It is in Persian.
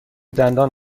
دندان